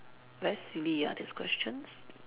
very silly ah these questions